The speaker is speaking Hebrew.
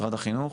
משרד החינוך.